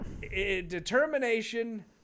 determination